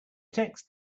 text